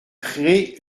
crée